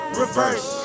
reverse